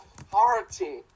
authority